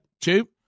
two